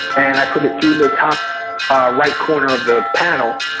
and i put it through the top ah right corner of the panel,